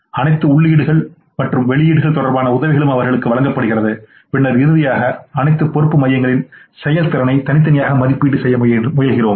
அனைத்து உள்ளீடுகள் வெளியீடு தொடர்பான உதவிகளும் அவர்களுக்கு வழங்கப்படுகிறது பின்னர் இறுதியாக அனைத்து பொறுப்பு மையங்களின் செயல்திறனை தனித்தனியாக மதிப்பீடு செய்ய முயற்சிக்கிறோம்